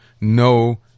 No